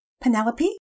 Penelope